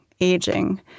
aging